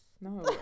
no